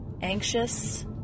anxious